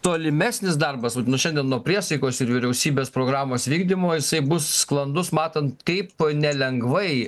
tolimesnis darbas vat nuo šiandien nuo priesaikos ir vyriausybės programos vykdymo jisai bus sklandus matant kaip nelengvai